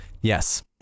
Yes